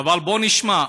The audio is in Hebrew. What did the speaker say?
בואו נשמע.